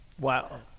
wow